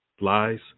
lies